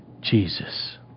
Jesus